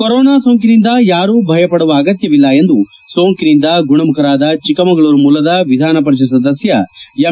corona ಸೋಂಕಿನಿಂದ ಯಾರು ಭಯ ಪಡುವ ಅಗತ್ನವಿಲ್ಲ ಎಂದು ಸೋಂಕಿನಿಂದ ಗುಣಮುಖರಾದ ಚಿಕ್ಕಮಗಳೂರು ಮೂಲದ ವಿಧಾನ ಪರಿಷತ್ ಸದಸ್ಯ ಎಂ